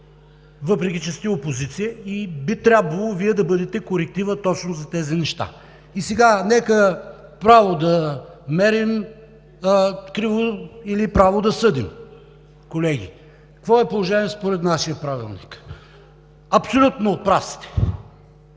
въпреки че сте опозиция и би трябвало да бъдете корективът точно за тези неща. Сега нека право да мерим – криво или право да съдим, колеги! Какво е положението според нашия правилник? Абсолютно прав сте,